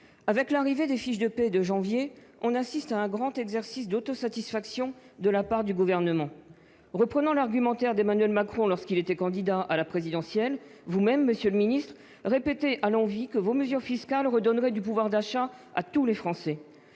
Avec l'arrivée des fiches de paye de janvier, on assiste à un grand exercice d'autosatisfaction de la part du Gouvernement. Reprenant l'argumentaire d'Emmanuel Macron lorsqu'il était candidat à la présidentielle, vous-même, monsieur le secrétaire d'État, répétez à l'envi que vos mesures fiscales redonneraient du pouvoir d'achat à tous les Français.